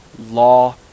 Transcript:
law